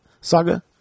saga